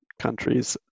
countries